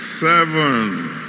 seven